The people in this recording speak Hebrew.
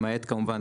למעט כמובן,